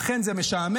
אכן זה משעמם,